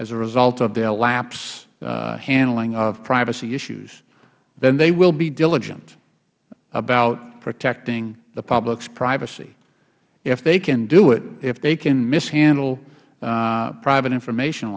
as a result of their lapse handling of privacy issues then they will be diligent about protecting the public's privacy if they can do it if they can mishandle private information